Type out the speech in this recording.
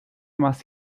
más